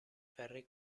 ferri